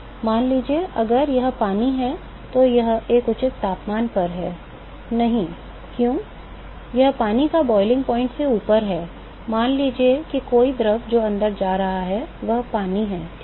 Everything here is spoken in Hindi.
मान लीजिए अगर यह पानी है तो यह एक उचित तापमान है नहीं क्यों यह पानी के क्वथनांक से ऊपर है मान लीजिए कि कोई द्रव जो अंदर जा रहा है वह पानी ठीक है